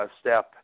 step